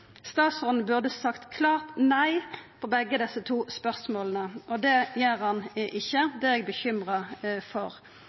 Statsråden burde sagt klart nei på begge desse to spørsmåla. Det gjer han ikkje.